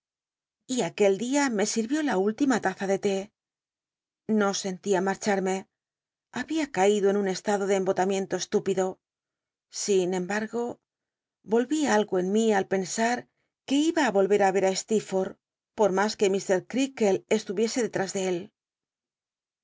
y aquel tlia me si ryió la última taza de té no sen tia marcharme había caído en un estado ele embotamiento estúpido sin embargo algo en mí al pensar que iba i y th por mas que mr crealde estuviese delrtis for de él